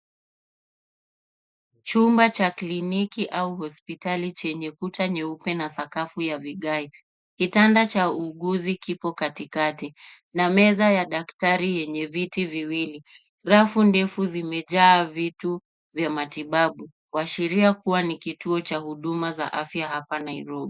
Chumba cha kliniki au hospitali chenye kuta nyeupe na sakafu ya vigae. Kitanda cha uuguzi kiko katikati na meza ya daktari yenye viti viwili. Rafu ndefu zimejaa vitu vya matibabu. Kuashiria kuwa ni kituo cha huduma za afya hapa Nairobi.